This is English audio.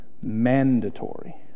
mandatory